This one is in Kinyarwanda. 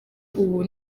ubu